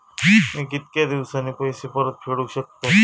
मी कीतक्या दिवसांनी पैसे परत फेडुक शकतय?